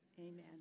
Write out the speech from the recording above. amen